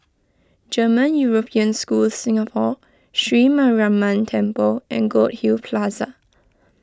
German European School Singapore Sri Mariamman Temple and Goldhill Plaza